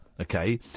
Okay